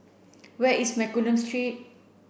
where is Mccallum Street